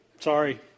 sorry